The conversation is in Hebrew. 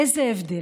איזה הבדל.